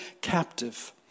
captive